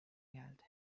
geldi